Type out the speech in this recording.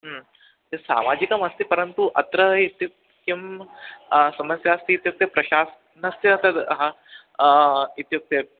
सामाजिकमस्ति परन्तु अत्र इत्युक्ते किं समस्या अस्ति इत्युक्ते प्रशासनस्य तद् हा इत्युक्ते